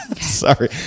Sorry